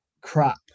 crap